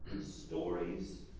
stories